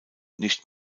nicht